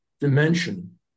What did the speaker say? dimension